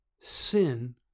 Sin